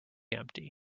empty